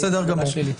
בסדר גמור.